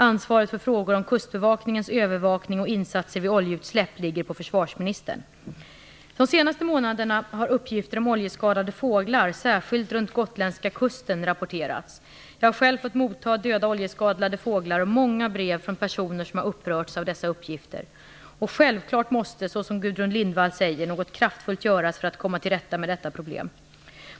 Ansvaret för frågor om kustbevakningens övervakning och insatser vid oljeutsläpp ligger på försvarsministern. De senaste månaderna har uppgifter om oljeskadade fåglar, särskilt runt gotländska kusten, rapporterats. Jag har själv fått motta döda oljeskadade fåglar och många brev från personer som har upprörts av dessa uppgifter. Självklart måste, såsom Gudrun Lindvall säger, något kraftfullt göras för att komma till rätta med detta problem.